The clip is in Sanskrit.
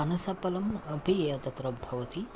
फनसफलम् अपि तत्र भवति